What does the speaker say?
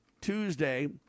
Tuesday